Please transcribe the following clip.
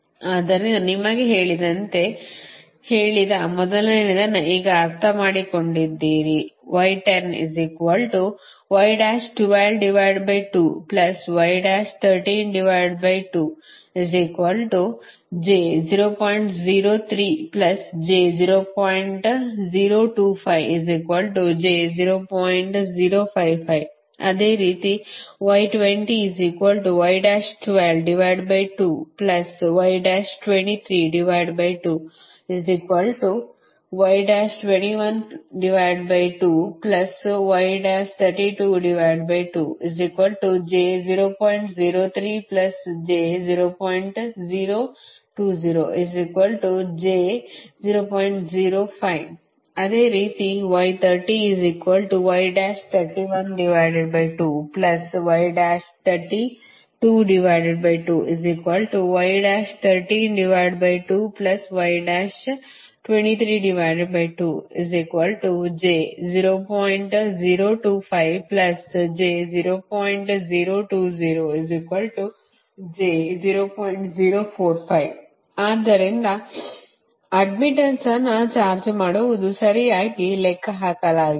ಆದ್ದರಿಂದ ನಿಮಗೆ ಹೇಳಿದ ಮೊದಲನೆಯದನ್ನು ಈಗ ಅರ್ಥಮಾಡಿಕೊಂಡಿದ್ದೀರಿ ಅದೇ ರೀತಿ ಅದೇ ರೀತಿ ಆದ್ದರಿಂದ ಅಡ್ಡ್ಮಿಟ್ಟನ್ಸ್ ಅನ್ನು ಚಾರ್ಜ್ ಮಾಡುವುದು ಸರಿಯಾಗಿ ಲೆಕ್ಕಹಾಕಲಾಗಿದೆ